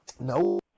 no